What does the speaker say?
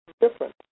different